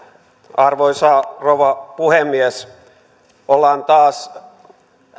arvoisa rouva puhemies ollaan taas